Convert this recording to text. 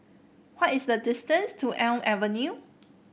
what is the distance to Elm Avenue